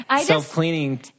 Self-cleaning